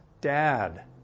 Dad